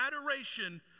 adoration